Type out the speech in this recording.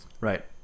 right